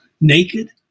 naked